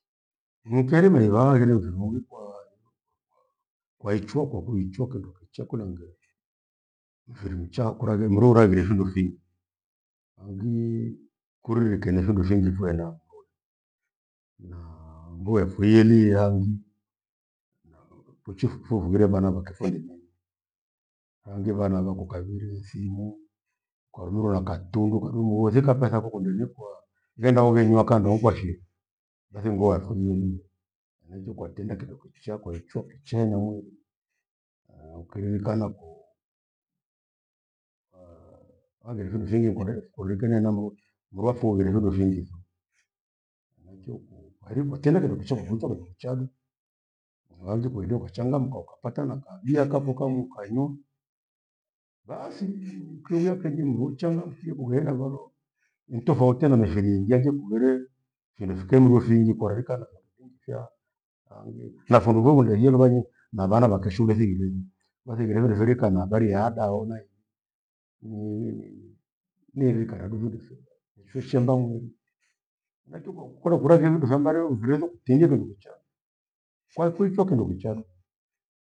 Inkya rimeirara ghire njororikwaa kwaichokho kwakuichoko kindo kichaa kulaghechu mfiri mcha kuraghe mrura ngire findo fingi. Hangiii, kururekenefindo fingi fuena mghoi naa mbuya phuirie hangi, na kwichii fu- fughire vana vakephina mengi hangi vana phakukaghirie simu, kwarurwa na katundu kudumbue wothika petha kokundunyikwa ghenda ughinywa kandogwa shi ghathingwathi. Henaicho kwa tenda kidogo kwishwa kwaecho chena mwili, ukilikanakho angire phindo fingi kure- kurekenenamo mrwue mrwathori ni phindo phingi. Naikweku kwarimba tena na kuchichoma ghulityanaga chago. Mwanzo kwekio kuchangamka ukapata na bia kapho kamwika iyo bhasi ukirwiapekene ghumchana mthi bughenda gharo ni tofauti namiphiri ingi, yakikughire phindo fikemruthingi kwairika na vakucha angi na fundu voingie huile vavia na vana vaki shule shighiliza wathighire mfiri kana habari ya ada oh! na iwi ni rika yadu vundishigha heshushia ndangu nekivo kolo kulekindo kuthambario nighiretho tingidulucha kwaifo kindo kichaa.